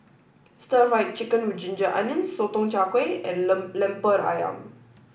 stir fried chicken with ginger onions sotong char kway and lemper ayam